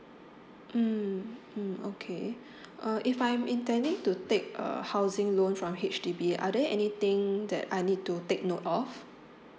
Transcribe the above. mm mm okay uh if I'm intending to take a housing loan from H_D_B are there anything that I need to take note of